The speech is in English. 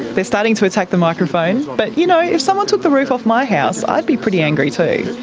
they're starting to attack the microphone. but you know, if someone took the roof off my house, i'd be pretty angry too.